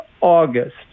August